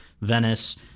Venice